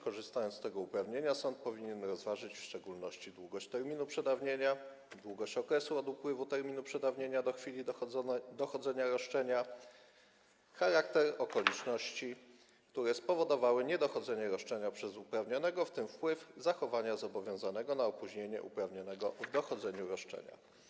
Korzystając z tego uprawnienia, sąd powinien rozważyć w szczególności długość terminu przedawnienia, długość okresu od upływu terminu przedawnienia do chwili dochodzenia roszczenia, charakter okoliczności, które spowodowały niedochodzenie roszczenia przez uprawnionego, w tym wpływ zachowania zobowiązanego na opóźnienie uprawnionego w dochodzeniu roszczenia.